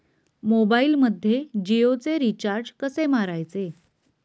मोबाइलमध्ये जियोचे रिचार्ज कसे मारायचे?